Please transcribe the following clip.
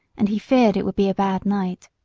and he feared it would be a bad night.